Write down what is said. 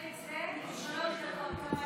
שלוש דקות.